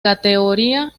categoría